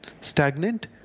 stagnant